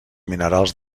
minerals